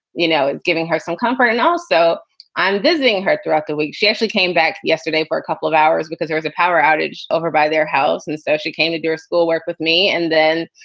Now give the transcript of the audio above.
you know, it's giving her some comfort. and also i'm visiting her throughout the week. she actually came back yesterday for a couple of hours because there is a power outage over by their house. and so she came to do her school work with me. and then,